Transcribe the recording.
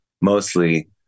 mostly